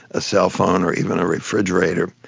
a cell phone or even a refrigerator.